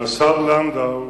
השר לנדאו,